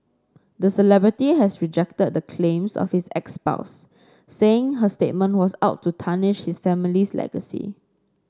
the celebrity has rejected the claims of his ex spouse saying her statement was out to tarnish his family's legacy